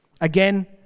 Again